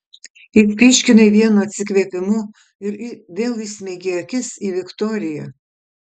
išpyškinai vienu atsikvėpimu ir vėl įsmeigei akis į viktoriją